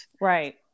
right